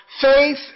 faith